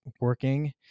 working